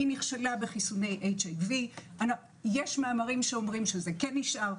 נכשלה בחיסוני HIV. יש מאמרים שאומרים שזה כן נשאר,